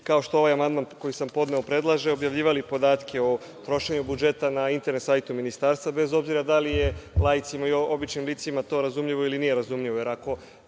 kao što ovaj amandman koji sam podneo predlaže, objavljivali podatke o trošenju budžeta na internet sajtu Ministarstva, bez obzira da li je laicima, običnim licima, razumljivo ili nije razumljivo.